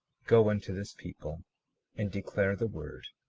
go unto this people and declare the word,